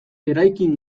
eraikin